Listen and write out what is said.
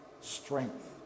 strength